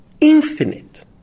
infinite